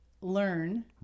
learn